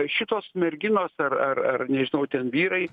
šitos merginos ar ar ar nežinau ten vyrai